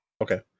Okay